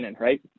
right